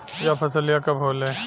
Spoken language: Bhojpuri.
यह फसलिया कब होले?